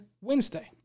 Wednesday